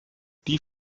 die